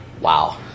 Wow